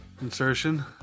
insertion